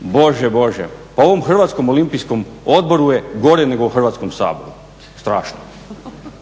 bože, bože. Pa u ovom Hrvatskom olimpijskom odboru je gore nego u Hrvatskom saboru. Strašno!